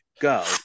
Go